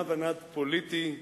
נע ונד פוליטי,